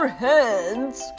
hands